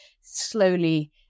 slowly